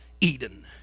Eden